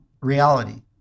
reality